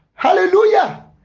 hallelujah